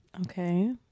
okay